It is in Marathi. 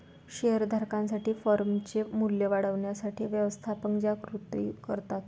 शेअर धारकांसाठी फर्मचे मूल्य वाढवण्यासाठी व्यवस्थापक ज्या कृती करतात